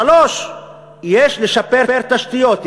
3. יש לשפר תשתיות.